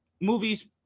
movies